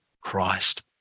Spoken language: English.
Christ